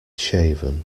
shaven